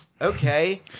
okay